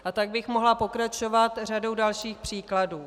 A tak bych mohla pokračovat řadou dalších případů.